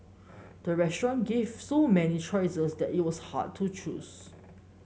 the restaurant gave so many choices that it was hard to choose